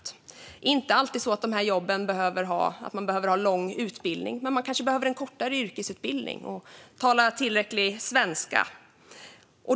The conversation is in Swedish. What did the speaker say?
Det är inte alltid så att man behöver ha lång utbildning för de här jobben, men man kanske behöver en kortare yrkesutbildning och tala tillräcklig svenska.